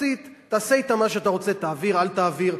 תעשה אתו מה שאתה רוצה, תעביר, אל תעביר.